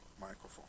microphone